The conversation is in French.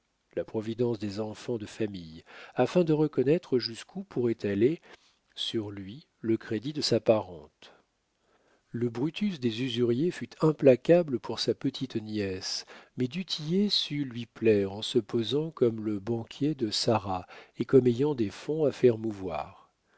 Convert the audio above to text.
la providence des enfants de famille afin de reconnaître jusqu'où pourrait aller sur lui le crédit de sa parente le brutus des usuriers fut implacable pour sa petite-nièce mais du tillet sut lui plaire en se posant comme le banquier de sarah et comme ayant des fonds à faire mouvoir